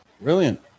Brilliant